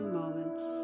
moments